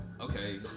okay